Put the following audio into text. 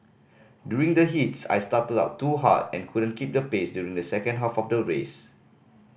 during the heats I started out too hard and couldn't keep the pace during the second half of the race